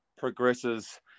progresses